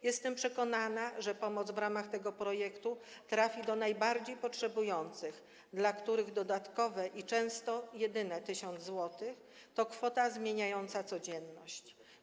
Jestem przekonana, że pomoc w ramach tego projektu trafi do najbardziej potrzebujących, dla których dodatkowe i często jedyne 1000 zł to kwota zmieniająca codzienność.